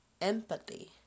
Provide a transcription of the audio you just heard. empathy